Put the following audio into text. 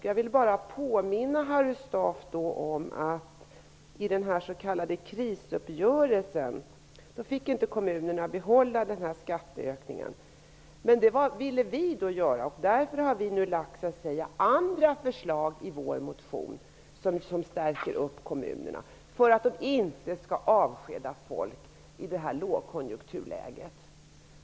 Jag vill då bara påminna Harry Staaf om att kommunerna genom den s.k. krisuppgörelsen inte fick behålla skatteökningen, vilket vi socialdemokrater ville att de skulle få. Därför har vi nu lagt fram andra förslag i vår motion som stärker kommunerna så att de inte skall avskeda folk i detta lågkonjunkturläge.